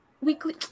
weekly